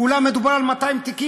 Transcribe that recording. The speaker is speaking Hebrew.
כולה מדובר על 200 תיקים,